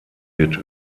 wird